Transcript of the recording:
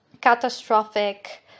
catastrophic